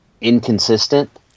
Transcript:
inconsistent